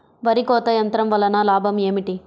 వరి కోత యంత్రం వలన లాభం ఏమిటి?